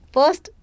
First